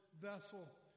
vessel